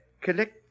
collect